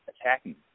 attacking